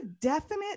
definite